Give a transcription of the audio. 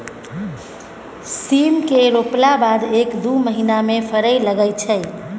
सीम केँ रोपला बाद एक दु महीना मे फरय लगय छै